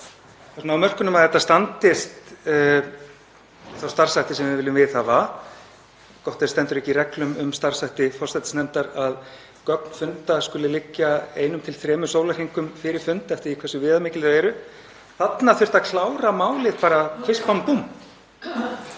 á mörkunum að þetta standist þá starfshætti sem við viljum viðhafa. Gott ef það stendur ekki í reglum um starfshætti forsætisnefndar að gögn funda skuli liggja fyrir einum til þremur sólarhringum fyrir fund, eftir því hversu viðamikil þau eru. Þarna þurfti að klára málið bara kviss bang búmm.